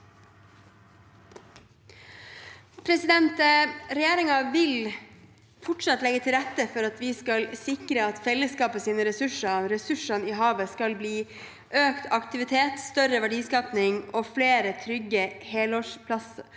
Regjeringen vil fortsatt legge til rette for at vi skal sikre at fellesskapets ressurser i havet skal gi økt aktivitet, større verdiskaping og flere trygge helårsarbeidsplasser